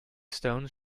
stones